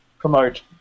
promote